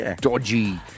dodgy